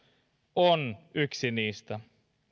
on yksi niistä